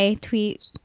tweet